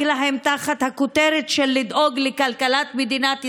להם תחת הכותרת של לדאוג לכלכלת מדינת ישראל,